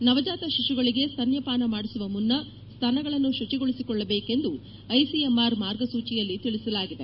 ನವಜಾತ ಶಿಶುಗಳಿಗೆ ಸ್ತನ್ಯಪಾನ ಮಾದಿಸುವ ಮುನ್ನ ಸ್ತನಗಳನ್ನು ಶುಚಿಗೊಳಿಸಿಕೊಳ್ಳಬೇಕು ಎಂದು ಐಸಿಎಂಆರ್ ಮಾರ್ಗಸೂಚಿಯಲ್ಲಿ ತಿಳಿಸಿದೆ